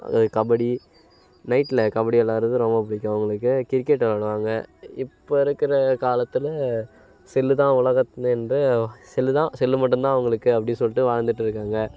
அது கபடி நைட்டில் கபடி விளாட்றது ரொம்ப பிடிக்கும் அவங்களுக்கு கிரிக்கெட்டு விளாடுவாங்க இப்போ இருக்கிற காலத்தில் செல்லு தான் உலகத்தை நின்று செல்லு தான் செல்லு மட்டும் தான் அவங்களுக்கு அப்படி சொல்லிட்டு வாழ்ந்துகிட்டு இருக்காங்க